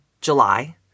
July